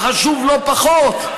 החשוב לא פחות,